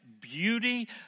beauty